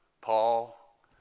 Paul